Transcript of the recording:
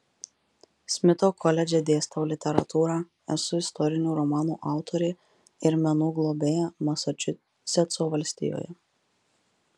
smito koledže dėstau literatūrą esu istorinių romanų autorė ir menų globėja masačusetso valstijoje